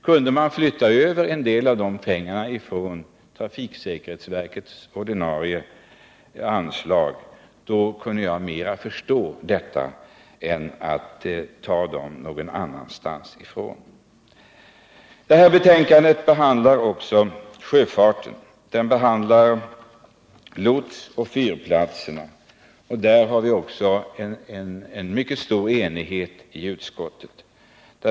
Kunde man flytta över en del av pengarna från trafiksäkerhetsverkets ordinarie anslag skulle jag mera förstå detta än om man skall ta dem från någonting annat. Detta betänkande behandlar också sjöfarten, lotsoch fyrplatserna. Där är det också mycket stor enighet i utskottet.